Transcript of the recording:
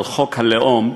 על חוק הלאום,